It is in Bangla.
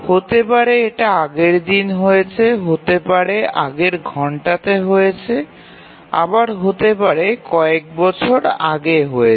হতে পারে এটা আগের দিন হয়েছে হতে পারে আগের ঘণ্টাতে হয়েছে আবার হতে পারে অনেক বছর আগে হয়েছে